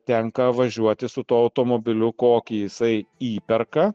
tenka važiuoti su tuo automobiliu kokį jisai įperka